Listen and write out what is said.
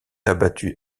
abattu